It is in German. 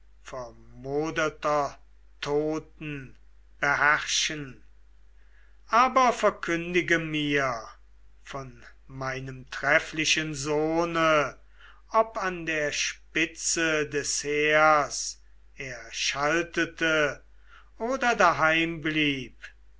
toten beherrschen aber verkündige mir von meinem trefflichen sohne ob an der spitze des heers er schaltete oder daheim blieb